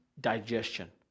digestion